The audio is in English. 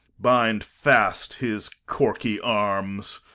bind fast his corky arms.